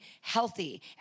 healthy